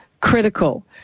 critical